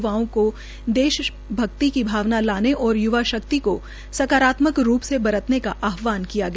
य्वाओं को देश भक्ति को भावना लाने और युवा शक्ति को सकारात्मक रूप से बरतने का आहवाण किया गया